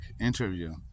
interview